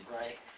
right